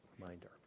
reminder